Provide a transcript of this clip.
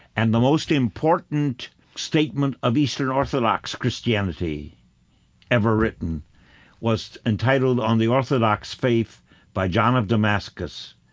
and the most important statement of eastern orthodox christianity ever written was entitled on the orthodox faith by john of damascus,